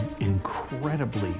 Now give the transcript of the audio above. incredibly